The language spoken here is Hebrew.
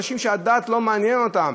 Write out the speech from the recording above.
מאנשים שהדת לא מעניינת אותם,